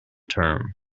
term